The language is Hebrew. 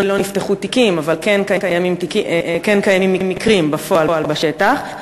נפתחו תיקים אבל כן קיימים מקרים בפועל בשטח?